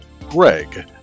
Greg